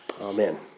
Amen